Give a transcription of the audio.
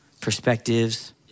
perspectives